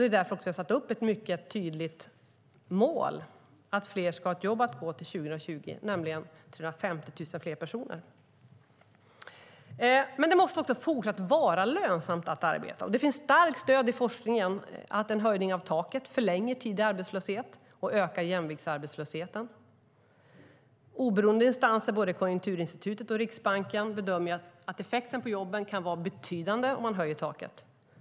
Det är därför vi har satt upp ett mycket tydligt mål att fler ska ha ett jobb att gå till 2020, närmare bestämt 350 000 fler. Det måste också fortsatt vara lönsamt att arbeta. Det finns starkt stöd i forskningen för att en höjning av taket förlänger tiden i arbetslöshet och ökar jämviktsarbetslösheten. Oberoende instanser, både Konjunkturinstitutet och Riksbanken, bedömer att effekten på jobben kan bli betydande om man höjer taket.